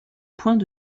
points